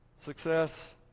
Success